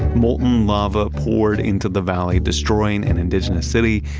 molten lava poured into the valley, destroying an indigenous city,